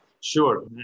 Sure